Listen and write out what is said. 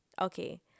okay